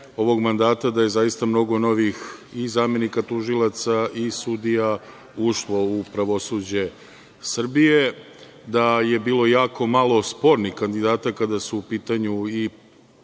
ovog mandata zaista mnogo novih i zamenika tužilaca i sudija ušlo u pravosuđe Srbije, da je bilo jako malo spornih kandidata kada su u pitanju i